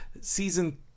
season